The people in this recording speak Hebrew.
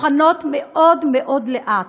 טוחנות מאוד מאוד לאט.